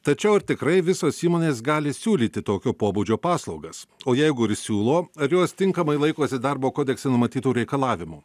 tačiau ar tikrai visos įmonės gali siūlyti tokio pobūdžio paslaugas o jeigu ir siūlo ar jos tinkamai laikosi darbo kodekse numatytų reikalavimų